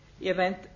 event